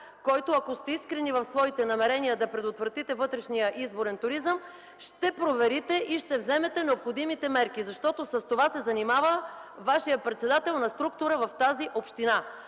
проверите, ако сте искрени в намеренията си да предотвратите вътрешния изборен туризъм, и ще вземете необходимите мерки, защото с това се занимава вашият председател на структура в тази община.